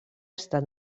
estat